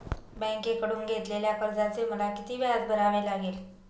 बँकेकडून घेतलेल्या कर्जाचे मला किती व्याज भरावे लागेल?